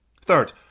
Third